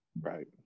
Right